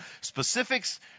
specifics